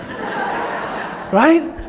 right